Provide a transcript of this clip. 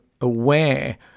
aware